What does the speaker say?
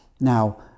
now